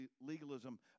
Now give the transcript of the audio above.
legalism